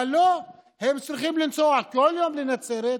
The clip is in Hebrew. אבל לא, הם צריכים לנסוע כל יום לנצרת,